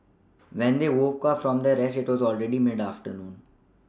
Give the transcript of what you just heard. when they woke up from their rest it was already mid afternoon